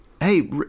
hey